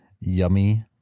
Yummy